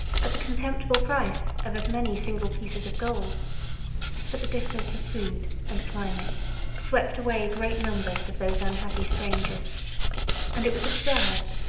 at the contemptible price of as many single pieces of gold but the difference of food and climate swept away great numbers of those unhappy strangers and it was observed,